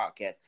podcast